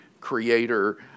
creator